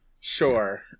sure